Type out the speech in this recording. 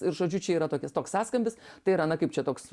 ir žodžiu čia yra tokia toks sąskambis tai yra na kaip čia toks